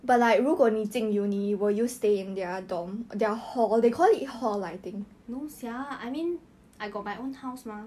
no sia I mean I got my own house mah